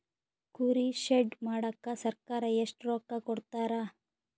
ಕುರಿ ಶೆಡ್ ಮಾಡಕ ಸರ್ಕಾರ ಎಷ್ಟು ರೊಕ್ಕ ಕೊಡ್ತಾರ?